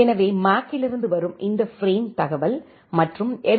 எனவே மேக்கில் இருந்து வரும் இந்த பிரேம் தகவல் மற்றும் எல்